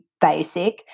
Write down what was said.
basic